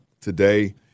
today